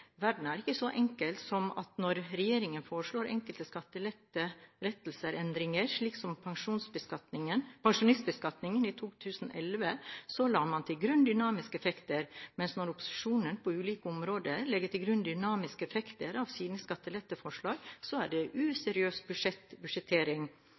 Verden er ikke så enkel som at når regjeringen foreslår enkelte skattelettelser/-endringer, slik som pensjonistbeskatningen i 2011, legger man til grunn dynamiske effekter, mens når opposisjonen på ulike områder legger til grunn dynamiske effekter av sine skatteletteforslag, er det